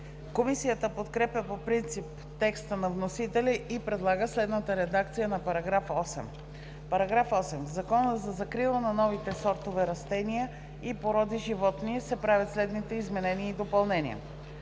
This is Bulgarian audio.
Комисията подкрепя по принцип текста на вносителя и предлага следната редакция на § 8: „§ 8. В Закона за закрила на новите сортове растения и породи животни (обн., ДВ, бр. …) се правят следните изменения и допълнения: